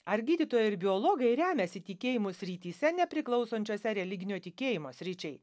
ar gydytojai ir biologai remiasi tikėjimu srityse nepriklausančiose religinio tikėjimo sričiai